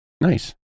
Nice